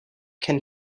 can